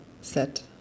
set